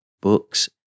books